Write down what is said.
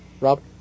Rob